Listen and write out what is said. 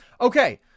Okay